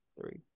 three